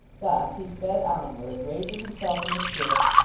thus he sped onward, raising himself in the stirrups,